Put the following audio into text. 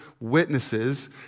witnesses